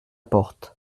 porte